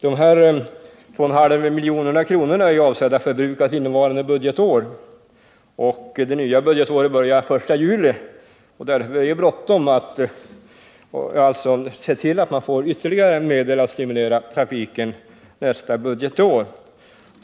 De 2,5 miljonerna är avsedda att förbrukas innevarande budgetår. Det nya budgetåret börjar den 1 juli. Därför är det bråttom med att se till att få ytterligare medel för att stimulera trafiken nästa budgetår.